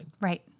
Right